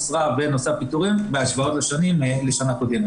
משרה ונושא הפיטורים בהשוואה לשנה קודמת,